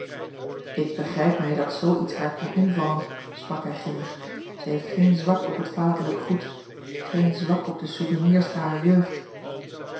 ik begrijp mij dat zoo iets haar kon invallen sprak hij grimmig zij heeft geen zwak op het vaderlijk goed geen zwak op de souvenirs harer jeugd